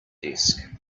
desk